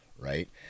right